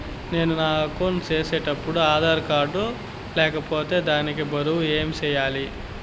నేను నా అకౌంట్ సేసేటప్పుడు ఆధార్ కార్డు లేకపోతే దానికి బదులు ఏమి సెయ్యాలి?